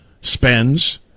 spends